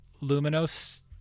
luminous